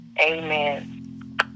Amen